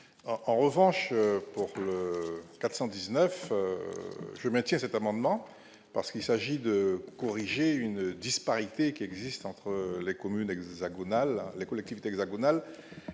en revanche, pour 419 je maintiens cet amendement parce qu'il s'agit de corriger une disparité qui existe entre les communes hexagonal, les collectivités hexagonal